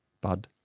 Bud